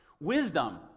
Wisdom